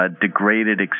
degraded